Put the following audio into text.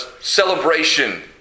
celebration